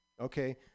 okay